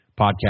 podcast